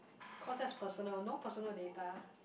cause that's personal no personal data